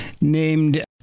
named